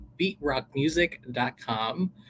beatrockmusic.com